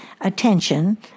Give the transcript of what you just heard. attention